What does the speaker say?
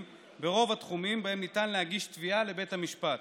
ברוב התחומים שבהם ניתן להגיש תביעה לבית המשפט,